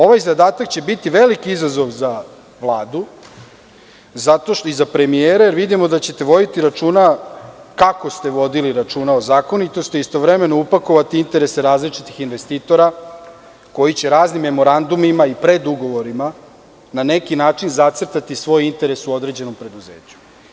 Ovaj zadatak će biti veliki izazov za Vladu i za premijera jer vidimo da ćete voditi računa kako ste vodili računa o zakonitosti i istovremeno upakovati interese različitih investitora koji će raznim memorandumima i predugovorima na neki način zacrtati neki svoj interes u preduzeću.